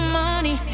money